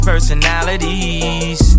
personalities